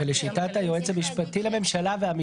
לא כי הם נדבקים יותר אלא פשוט כי הם אלה שנוסעים.